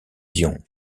dion